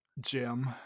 Jim